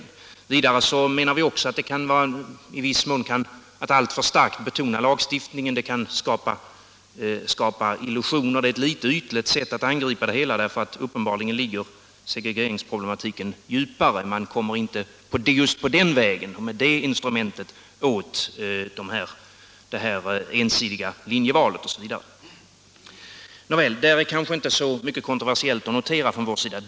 Vidare menar vi att en alltför stark betoning av lagstiftningen kan skapa illusioner. Det är ett litet ytligt sätt att angripa det hela, därför att segregeringsproblematiken uppenbarligen ligger djupare. Man kommer inte just med det instrumentet åt det ensidiga linjevalet osv. Nåväl, där är kanske inte så mycket kontroversiellt att notera från vår sida.